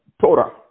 Torah